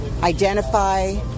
identify